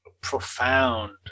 profound